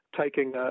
taking